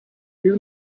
you